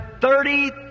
thirty